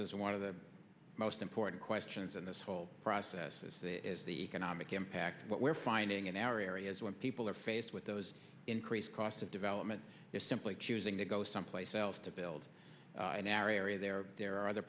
is one of the most important questions in this whole process is the economic impact what we're finding in our areas when people are faced with those increased cost of development is simply choosing to go someplace else to build an area there there are other